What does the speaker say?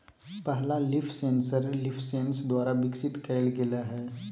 पहला leaf sensor leafsense द्वारा विकसित कइल गेलय हल